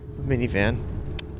minivan